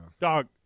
Dog